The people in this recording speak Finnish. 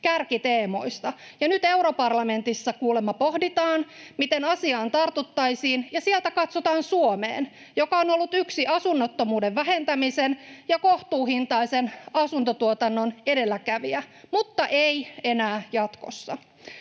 kärkiteemoista, ja nyt europarlamentissa kuulemma pohditaan, miten asiaan tartuttaisiin, ja sieltä katsotaan Suomeen, joka on ollut yksi asunnottomuuden vähentämisen ja kohtuuhintaisen asuntotuotannon edelläkävijä, mutta ei enää jatkossa.